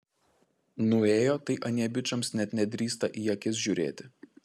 nuėjo tai anie bičams net nedrįsta į akis žiūrėti